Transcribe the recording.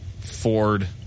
ford